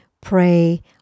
pray